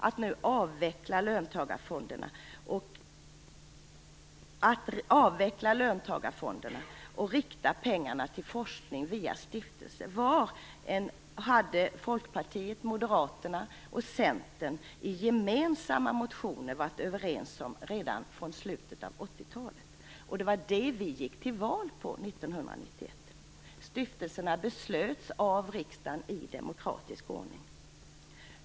Att avveckla löntagarfonderna och att rikta pengarna till forskning via stiftelser hade Folkpartiet, Moderaterna och Centern i gemensamma motioner varit överens om redan från slutet av 1980-talet, och det var det som vi gick till val på 1991. Riksdagen fattade i demokratisk ordning beslut om stiftelserna.